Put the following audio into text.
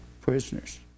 prisoners